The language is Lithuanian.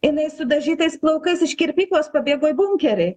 jinai su dažytais plaukais iš kirpyklos pabėgo į bunkerį